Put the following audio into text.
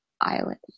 Island